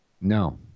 No